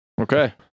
Okay